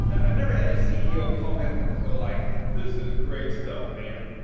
yeah i've never had a ceo call me up and go like this is great stuff, man.